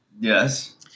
Yes